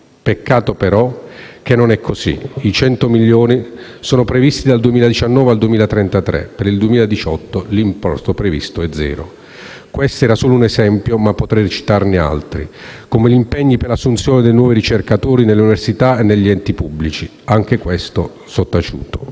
Peccato, però, che non sia così: i 100 milioni l'anno sono previsti dal 2019 al 2033. Per il 2018, l'importo previsto è zero. Questo era solo un esempio, ma potrei citarne altri, come gli impegni per «l'assunzione di nuovi ricercatori nelle università e negli enti pubblici di ricerca», anche questo sottaciuto.